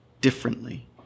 differently